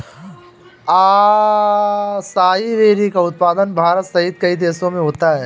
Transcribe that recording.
acai berry का उत्पादन भारत सहित कई देशों में होता है